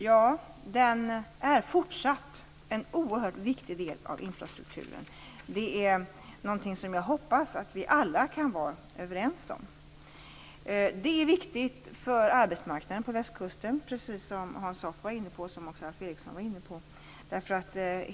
Ja, den är fortsatt en oerhört viktig del av infrastrukturen. Det är något som jag hoppas att vi alla kan vara överens om. Den är, precis som Hans Hoff och Alf Eriksson var inne på, viktig för arbetsmarknaden på västkusten.